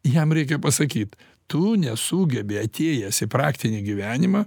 jam reikia pasakyt tu nesugebi atėjęs į praktinį gyvenimą